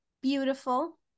beautiful